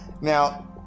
Now